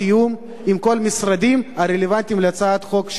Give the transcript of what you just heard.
עם כל המשרדים הרלוונטיים להצעת החוק שלי.